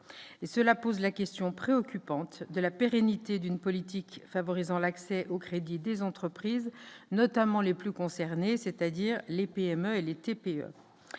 cela pose la question préoccupante de la pérennité d'une politique favorisant l'accès au crédit des entreprises, notamment les plus concernés, c'est-à-dire les PME et les TPE,